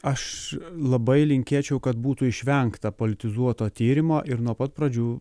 aš labai linkėčiau kad būtų išvengta politizuoto tyrimo ir nuo pat pradžių